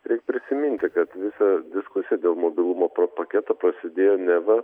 reik prisiminti kad visa diskusija dėl mobilumo paketo prasidėjo neva